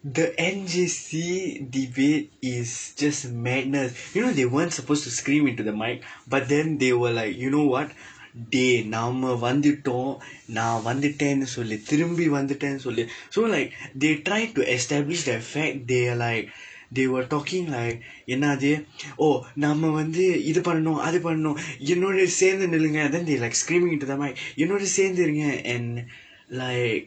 the N_J_C debate is just madness you know they weren't supposed to scream into the mic but then they were like you know what dey நம்ம வந்தட்டோம் நான் வந்துட்டேன் சொல்லு திரும்பி வந்துட்டேன்னு சொல்லு:namma vanthutdoom naan vanthutdeen sollu thirumpi vanthutdeennu sollu so like they tried to establish the fact they are like they were talking like என்னது:ennathu oh நம்ம வந்து இது பண்ணனும் அது பண்ணனும் என்னோட சேர்ந்து நில்லுங்க:namma vandthu ithu pannanum athu pannanum ennooda seerndthu nillungka then they screaming into the mic என்னோட சேர்ந்து இருங்க:ennooda seerndthu irungka and like